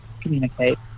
communicate